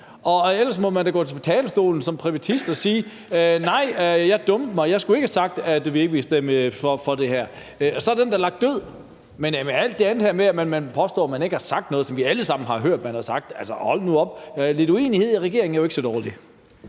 Ellers må man da gå på talerstolen som privatist og sige: Nej, jeg har dummet mig, jeg skulle ikke have sagt, at vi ikke vil stemme imod det her. Så ville den da være lagt død. Men hold nu op med alt det andet her om, at man påstår, at man ikke har sagt noget, som vi alle sammen har hørt at man har sagt. Lidt uenighed i regeringen er jo ikke så dårligt.